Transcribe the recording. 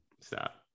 Stop